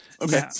Okay